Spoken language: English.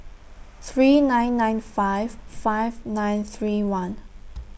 three nine nine five five nine three one